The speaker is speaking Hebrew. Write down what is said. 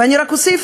ורק אוסיף,